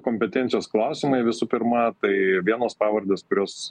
kompetencijos klausimai visų pirma tai vienos pavardės kurios